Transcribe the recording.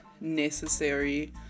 necessary